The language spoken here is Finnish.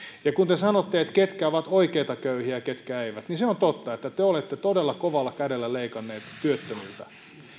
ja kun te sanotte että ketkä ovat oikeita köyhiä ja ketkä eivät niin se on totta että te olette todella kovalla kädellä leikanneet työttömiltä